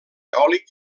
eòlic